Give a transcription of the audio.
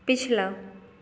पिछला